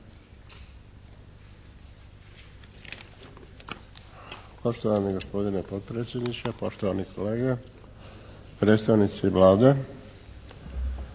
Poštovani gospodine potpredsjedniče, poštovane kolege, predstavnici Vlade.